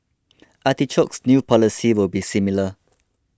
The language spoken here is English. artichoke's new policy will be similar